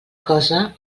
cosa